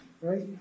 right